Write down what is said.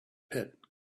pit